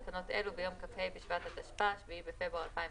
של תקנות אלה ביום כ"ה בשבט התשפ"א (7 בפברואר 2021)